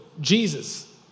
Jesus